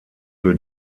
für